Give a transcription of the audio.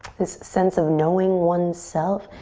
this sense of knowing one's self.